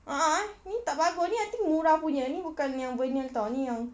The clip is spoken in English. uh uh eh ini tak bagus ini I think murah punya ini bukan yang vinyl [tau] ini yang